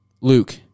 Luke